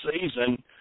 season